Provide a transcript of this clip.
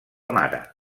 mare